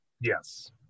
Yes